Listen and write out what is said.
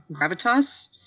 gravitas